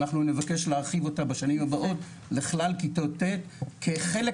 אנחנו נבקש להרחיב אותה בשנים הבאות לכלל כיתות ט' כחלק